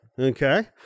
Okay